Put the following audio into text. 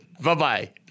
Bye-bye